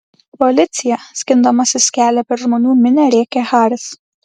policija skindamasis kelią per žmonių minią rėkė haris